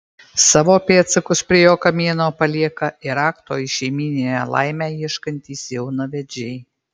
savo pėdsakus prie jo kamieno palieka ir rakto į šeimyninę laimę ieškantys jaunavedžiai